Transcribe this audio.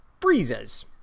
freezes